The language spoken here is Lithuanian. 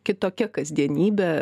kitokia kasdienybė